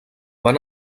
van